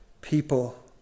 people